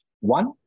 One